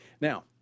now